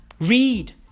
Read